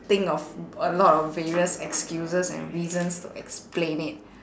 think of a lot of various excuses and reasons to explain it